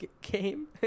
game